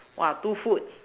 !wah! two food